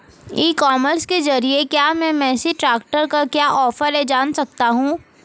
ई commerce के ज़रिए क्या मैं मेसी ट्रैक्टर का क्या ऑफर है जान सकता हूँ?